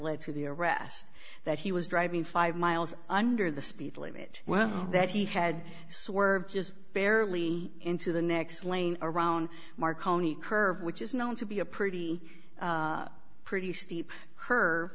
led to the arrest that he was driving five miles under the speed limit well that he had swerved just barely into the next lane around marconi curve which is known to be a pretty pretty steep her